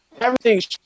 everything's